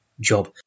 job